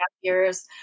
years